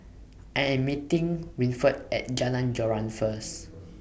I Am meeting Winford At Jalan Joran First